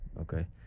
okay